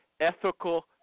ethical